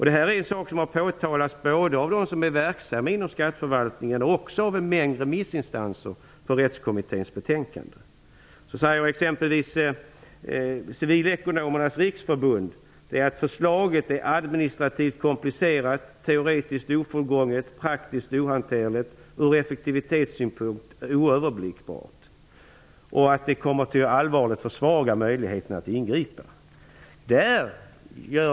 Detta är en fråga som har påtalats både av dem som är verksamma inom skatteförvaltningen samt också av en mängd remissinstanser när det gäller Exempelvis Civilekonomernas riksförbund säger att förslaget är administrativt komplicerat, teoretiskt ofullgånget, praktiskt ohanterligt, ur effektivitetssynpunkt oöverblickbart och att det allvarligt kommer att försvaga möjligheterna att ingripa.